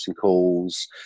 calls